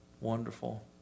wonderful